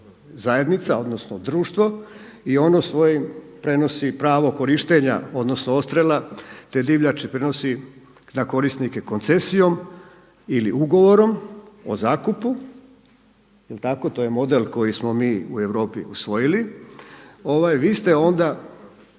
zajednica, odnosno društvo i ono svojim prenosi pravo korištenja, odnosno odstrjela te divljači prenosi na korisnike koncesijom ili ugovorom o zakupu, je li tako, to je model koji smo mi u Europi usvojili, vi ste onda